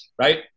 right